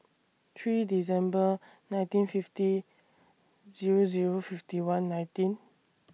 three December nineteen fifty Zero Zero fifty one nineteen